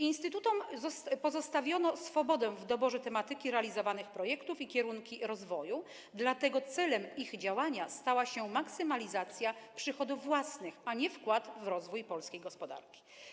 Instytutom pozostawiono swobodę w dobrze tematyki realizowanych projektów i kierunków rozwoju, dlatego celem ich działania stała się maksymalizacja przychodów własnych, a nie wkład w rozwój polskiej gospodarki.